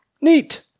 Neat